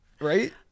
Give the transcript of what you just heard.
right